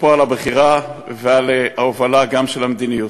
שאפו על הבחירה וגם על ההובלה גם של המדיניות.